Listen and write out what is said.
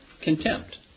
contempt